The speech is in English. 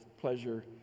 pleasure